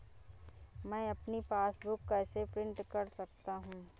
मैं अपनी पासबुक कैसे प्रिंट कर सकता हूँ?